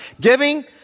Giving